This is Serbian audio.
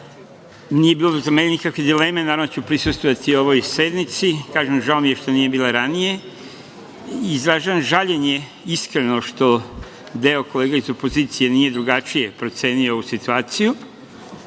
nije bilo nikakve dileme da li ću prisustvovati ovoj sednici. Kažem, žao mi je što nije bila ranije. Izražavam iskreno žaljenje što deo kolega iz opozicije nije drugačije procenio ovu situaciju.